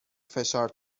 فشار